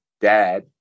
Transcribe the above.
dad